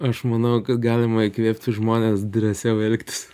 aš manau kad galima įkvėpti žmones drąsiau elgtis